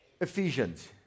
Ephesians